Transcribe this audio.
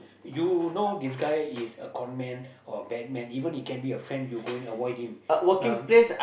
you know this guy is a con man or a bad man even he can be your friend you go and avoid him